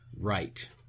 Right